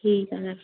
ਠੀਕ ਹੈ ਸਰ